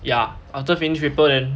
ya after finish paper then